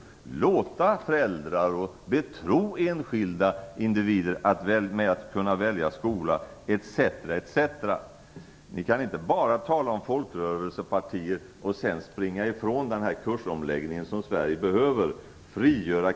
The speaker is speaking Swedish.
Man skall låta föräldrar - betro enskilda individer - välja skola, etc., etc. Ni kan inte bara tala om folkrörelsepartier och sedan springa ifrån den kursomläggning som Sverige behöver.